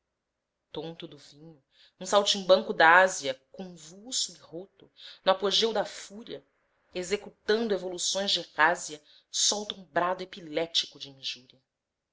tonto do vinho um saltimbanco da ásia convulso e roto no apogeu da fúria executando evoluções de razzia solta um brado epilético de injúria